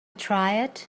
tried